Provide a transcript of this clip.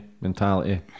mentality